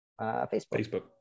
Facebook